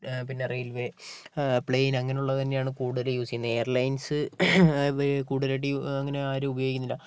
പിന്നെ railway plane അങ്ങനെയുള്ളത് തന്നെയാണ് കൂടുതൽ യൂസ് ചെയ്യുന്നത് എയർ ലൈൻസ് അത് കൂടുതലായിട്ട് അങ്ങനെയാരും ഉപയോഗിക്കുന്നില്ല